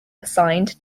assigned